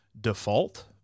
default